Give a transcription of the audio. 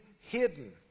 hidden